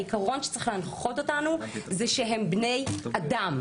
העיקרון שצריך להנחות אותנו זה שהם בני אדם,